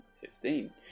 Fifteen